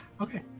Okay